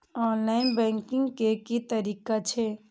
Online banking के की तरीका छै?